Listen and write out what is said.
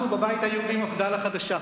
בבית היהודי, מפד"ל החדשה,